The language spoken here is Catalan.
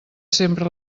sempre